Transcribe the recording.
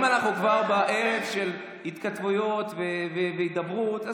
אם אנחנו כבר בערב של התכתבויות ושל הידברות,